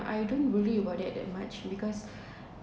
I don't worry about it that much because